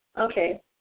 Okay